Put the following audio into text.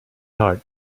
heart